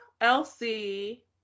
Elsie